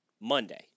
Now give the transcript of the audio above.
Monday